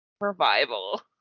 revival